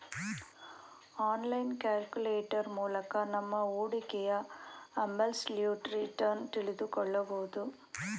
online calculator ಮೂಲಕ ನಮ್ಮ ಹೂಡಿಕೆಯ ಅಬ್ಸಲ್ಯೂಟ್ ರಿಟರ್ನ್ ತಿಳಿದುಕೊಳ್ಳಬಹುದು